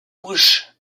couche